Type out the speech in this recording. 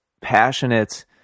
passionate